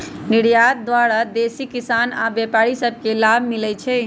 निर्यात द्वारा देसी किसान आऽ व्यापारि सभ के लाभ मिलइ छै